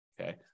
Okay